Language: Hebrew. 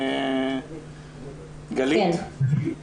גלית בבקשה.